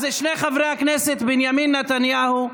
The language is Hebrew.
אז שני חברי הכנסת, בנימין נתניהו,